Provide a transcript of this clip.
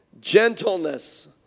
gentleness